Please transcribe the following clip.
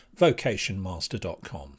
vocationmaster.com